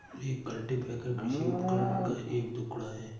एक कल्टीपैकर कृषि उपकरण का एक टुकड़ा है